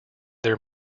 their